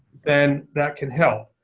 then that can help.